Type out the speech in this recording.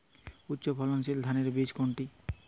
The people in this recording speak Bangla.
উচ্চ ফলনশীল ধানের বীজ কোনটি?